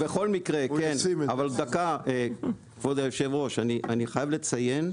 בכל מקרה, דקה, כבוד היושב ראש, אני חייב לציין,